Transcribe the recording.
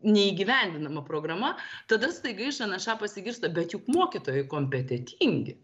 neįgyvendinama programa tada staiga iš nša pasigirsta bet juk mokytojai kompetentingi